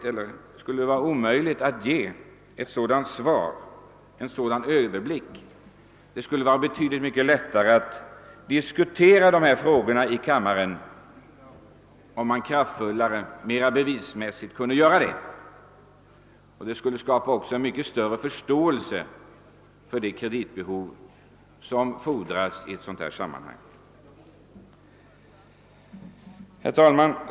är det omöjligt att åstadkomma en sådan överblick? Det skulle då vara betydligt lättare att diskutera dessa frågor i riksdagen om vi hade en sådan överblick, och förståelsen för att krediter erfordras skulle växa.